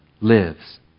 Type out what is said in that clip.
lives